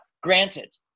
granted